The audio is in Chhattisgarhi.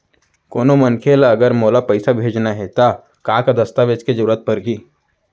कोनो मनखे ला अगर मोला पइसा भेजना हे ता का का दस्तावेज के जरूरत परही??